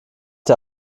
der